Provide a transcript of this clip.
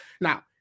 Now